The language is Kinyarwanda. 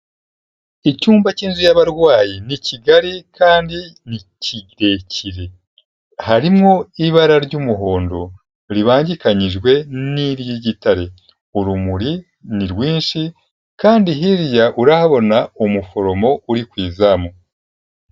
Icyumba cy'inzu yabarwayi ni kigari kandi ni kirekire, harimo ibara ry'umuhondo ribangikanyijwe n'iry'igitare, urumuri ni rwinshi kandi hirya urahabona umuforomo uri ku izamu.